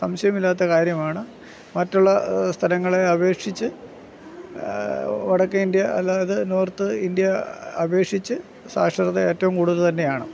സംശയമില്ലാത്ത കാര്യമാണ് മറ്റുള്ള സ്ഥലങ്ങളെ അപേക്ഷിച്ച് വടക്കേ ഇന്ത്യ അതായത് നോർത്ത് ഇന്ത്യ അപേക്ഷിച്ചു സാക്ഷരത ഏറ്റവും കൂടുതൽ തന്നെയാണ്